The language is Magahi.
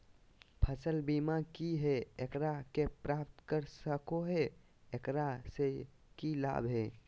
फसल बीमा की है, एकरा के प्राप्त कर सको है, एकरा से की लाभ है?